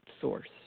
source